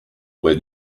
pues